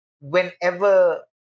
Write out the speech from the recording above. whenever